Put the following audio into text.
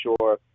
sure